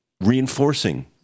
Reinforcing